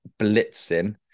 blitzing